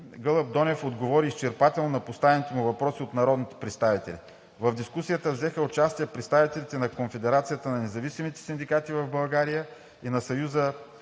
Гълъб Донев отговори изчерпателно на поставените му въпроси от народните представители. В дискусията взеха участие представителите на Конфедерацията на независимите синдикати в България и Съюза